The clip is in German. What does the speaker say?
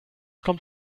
kommt